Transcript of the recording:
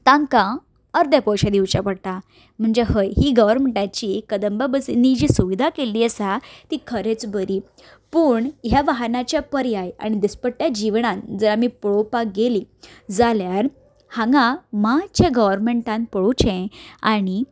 तांकां अर्दे पयशे दिवचे पडटा म्हणजे हय ही गवरमेंटाची कदंबा बसिंनी जी सुविधा केल्ली आसा ती खरेंच बरी पूण ह्या वाहनाचे पर्याय आनी दिसपट्ट्या जिवणान जंय आमी पोळोपाक गेलीं जाल्यार हांगा माश्चें गोवोरमेंटान पळोवचें आनी